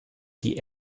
die